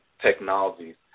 technologies